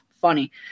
funny